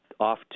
Off